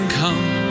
come